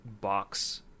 box